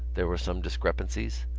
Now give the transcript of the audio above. there were some discrepancies,